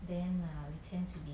then err we tend to be